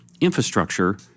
infrastructure